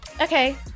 Okay